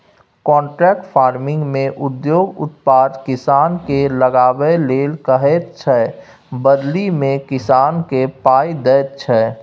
contract फार्मिंगमे उद्योग उत्पाद किसानकेँ लगाबै लेल कहैत छै बदलीमे किसानकेँ पाइ दैत छै